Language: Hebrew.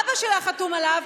אבא שלה חתום עליו,